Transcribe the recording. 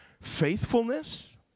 faithfulness